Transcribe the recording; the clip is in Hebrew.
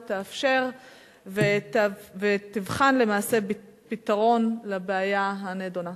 תאפשר ותבחן למעשה פתרון לבעיה הנדונה.